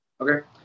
Okay